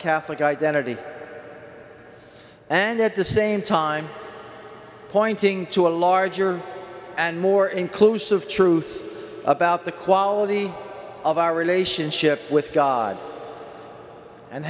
catholic identity and at the same time pointing to a larger and more inclusive truth about the quality of our relationship with god and